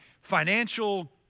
financial